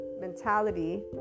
mentality